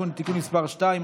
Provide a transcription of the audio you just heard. תיקון) (תיקון מס' 2),